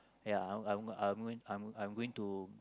ya I'm I'm I'm I'm I'm going to